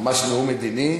ממש נאום מדיני,